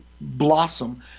blossom